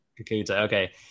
okay